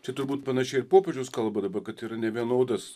čia turbūt panašiai ir popiežius kalba dabar kad yra nevienodas